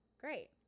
great